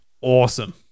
awesome